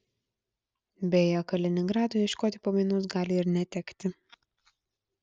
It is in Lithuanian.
beje kaliningradui ieškoti pamainos gali ir netekti